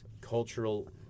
cultural